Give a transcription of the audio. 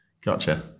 Gotcha